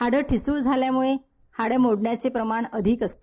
हाडं ढिसूळ झाल्यामुळं हाडं मोडण्याचं प्रमाण अधिक असते